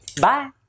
Bye